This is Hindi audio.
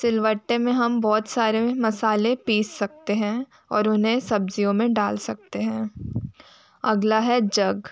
सिलवट्टे में हम बहुत सारे मसाले पीस सकते हैं और उन्हें सब्ज़ियों में डाल सकते हैं अगला है जग